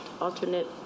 alternate